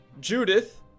judith